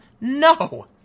No